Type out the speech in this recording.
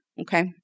Okay